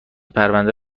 پرونده